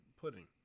pudding